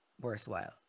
worthwhile